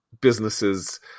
businesses